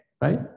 right